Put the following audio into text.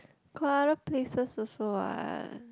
got other places also what